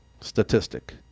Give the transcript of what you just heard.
statistic